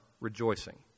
rejoicing